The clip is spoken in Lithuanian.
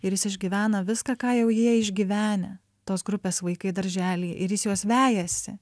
ir jis išgyvena viską ką jau jie išgyvenę tos grupės vaikai daržely ir jis juos vejasi